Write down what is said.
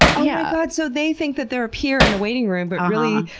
yeah god, so they think that they're a peer in the waiting room, but really,